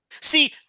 See